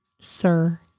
sir